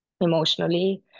Emotionally